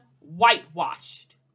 whitewashed